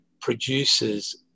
produces